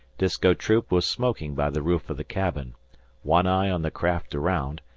disko troop was smoking by the roof of the cabin one eye on the craft around,